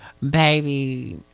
baby